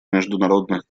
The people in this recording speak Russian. международных